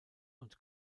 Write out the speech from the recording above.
und